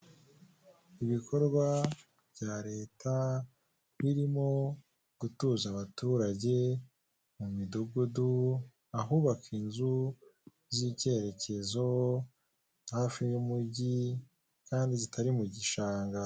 Inzu y'ubucuruzi bugezweho, irimo akabati gasa umweru gafite ububiko bugera kuri butanu bugiye butandukanye, buri bubiko bukaba burimo ibicuruzwa bigiye bitandukanye